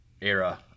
era